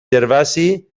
gervasi